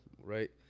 right